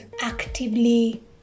actively